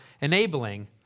enabling